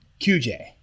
QJ